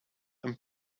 and